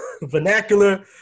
vernacular